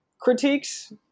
critiques